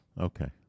Okay